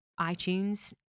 iTunes